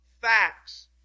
facts